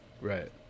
Right